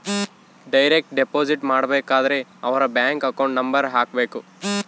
direct deposit ಮಾಡಬೇಕಾದರೆ ಅವರ್ bank account number ಹಾಕ್ಬೆಕು